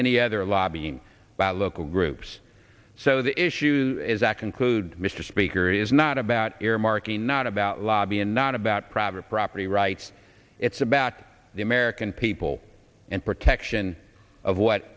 any other lobbying by local groups so the issue is act include mr speaker is not about earmarking not about lobby and not about private property rights it's about the american people and protection of what